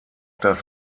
das